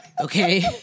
Okay